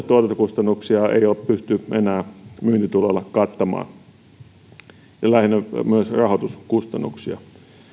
tuotantokustannuksia ei ole pystytty enää myyntituloilla kattamaan eikä myöskään rahoituskustannuksia